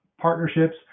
partnerships